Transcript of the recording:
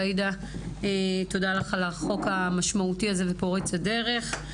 עאידה, תודה לך על החוק המשמעותי ופורץ הדרך הזה.